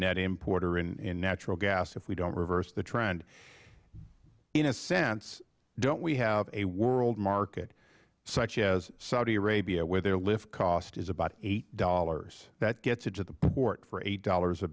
net importer in natural gas if we don't reverse the trend in a sense don't we have a world market such as saudi arabia where their lift cost is about eight dollars that gets into port for eight dollars a